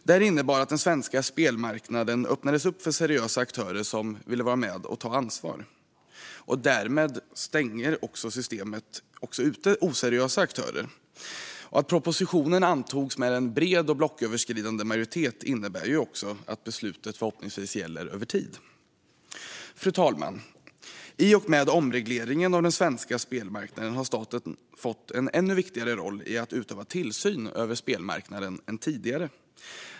Detta innebar att den svenska spelmarknaden öppnades upp för seriösa aktörer som vill vara med och ta ansvar. Därmed stänger systemet också ute oseriösa aktörer. Att propositionen antogs med bred blocköverskridande majoritet innebär förhoppningsvis att beslutet gäller över tid. Fru talman! I och med omregleringen av den svenska spelmarknaden har staten fått en viktigare roll än tidigare när det gäller att utöva tillsyn över spelmarknaden.